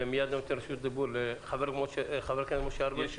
ואני מייד נותן רשות דיבור לחבר הכנסת משה ארבל,